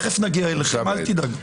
מיד נגיע אליכם, אל תדאג.